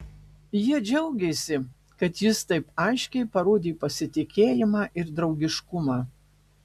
jie džiaugėsi kad jis taip aiškiai parodė pasitikėjimą ir draugiškumą